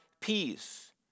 peace